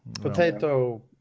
potato